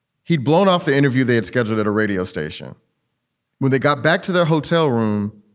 he'd blown off the interview they had scheduled at a radio station when they got back to their hotel room.